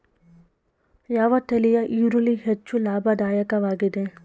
ಯಾವ ತಳಿಯ ಈರುಳ್ಳಿ ಹೆಚ್ಚು ಲಾಭದಾಯಕವಾಗಿದೆ?